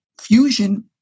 fusion